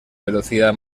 velocidad